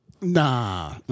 Nah